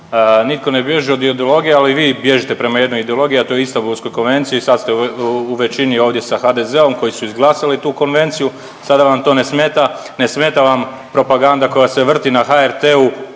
nitko ne bježi od ideologije, ali vi bježite prema jednoj ideologiji, a to je Istambulskoj konvenciji, sad ste u većini ovdje sa HDZ-om koji su izglasali tu konvenciju, sada vam to ne smeta, ne smeta vam propaganda koja se vrti na HRT-u